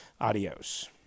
Adios